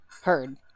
heard